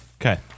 Okay